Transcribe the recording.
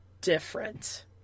different